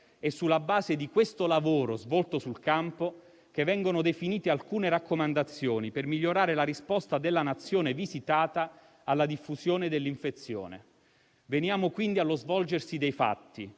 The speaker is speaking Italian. è sulla base di questo lavoro svolto sul campo che vengono definite alcune raccomandazioni per migliorare la risposta della Nazione visitata alla diffusione dell'infezione. Veniamo quindi allo svolgersi dei fatti.